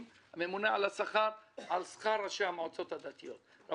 ועם הממונה על השכר על שכר ראשי המועצות הדתיות התברר